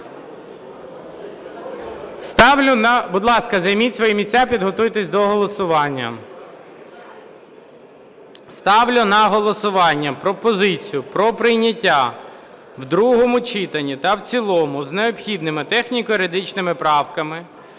Ставлю на голосування пропозицію про прийняття в другому читанні та в цілому з необхідними техніко-юридичними правками